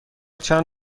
چند